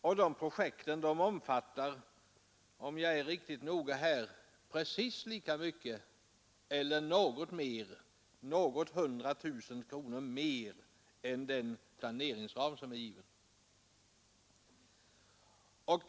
Dessa projekt omfattar lika mycket eller något hundratusental kronor mer än den planeringsram som är given.